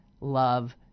love